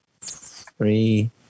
Three